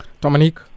Dominique